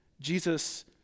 Jesus